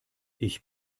ich